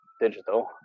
digital